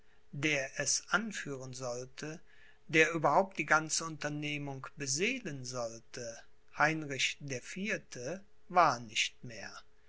der es anführen sollte der überhaupt die ganze unternehmung beseelen sollte heinrich der vierte war nicht mehr